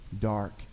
dark